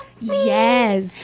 yes